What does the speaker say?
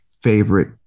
favorite